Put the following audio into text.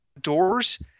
doors